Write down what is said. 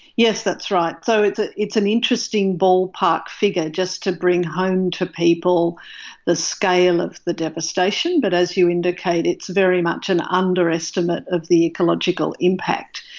yes, that's right. so it's ah it's an interesting ballpark figure just to bring home to people the scale of the devastation. but as you indicate, it's very much an underestimate of the ecological impact.